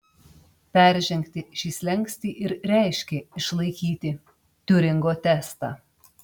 peržengti šį slenkstį ir reiškė išlaikyti tiuringo testą